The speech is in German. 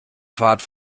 fahrt